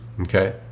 Okay